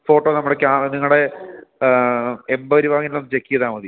photo നമ്മുടെ ക്യാ നിങ്ങളുടെ എൺപത് രൂപ തന്ന് ചെക്ക് ചെയ്താൽ മതി